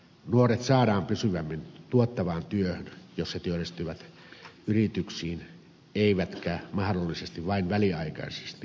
nuoret saadaan pysyvämmin tuottavaan työhön jos he työllistyvät yrityksiin eivätkä mahdollisesti vain väliaikaisesti julkiselle sektorille